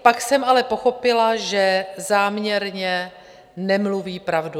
Pak jsem ale pochopila, že záměrně nemluví pravdu.